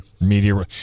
media